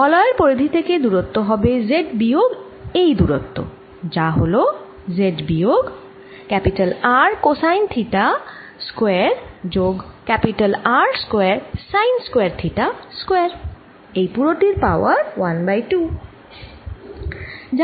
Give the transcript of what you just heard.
বলয়ের পরিধি থেকে দূরত্ব হবে z বিয়োগ এই দূরত্ব যা হল z বিয়োগ R কোসাইন থিটা স্কয়ার যোগ R square sine square theta square এই পুরো টির পাওয়ার 1 বাই 2